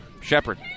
Shepard